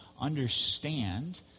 understand